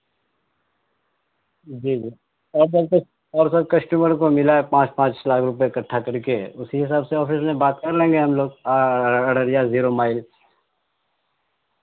جی جی اور سر اور سر کسٹمر کو ملا ہے پانچ پانچ لاکھ روپے اکٹھا کر کے اسی حساب سے آفس میں بات کر لیں گے ہم لوگ ارڑیا زیرو مائل